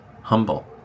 humble